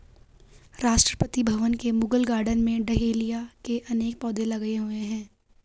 राष्ट्रपति भवन के मुगल गार्डन में डहेलिया के अनेक पौधे लगे हुए हैं